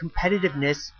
competitiveness